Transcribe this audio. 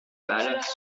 balle